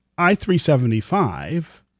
I-375